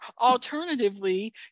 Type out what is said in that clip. alternatively